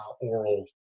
oral